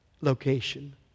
location